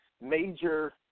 major